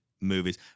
movies